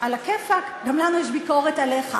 עלא כיפאק, גם לנו יש ביקורת עליך,